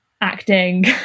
acting